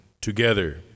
Together